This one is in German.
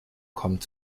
kommt